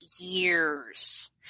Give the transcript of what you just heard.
years